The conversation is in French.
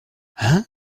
hein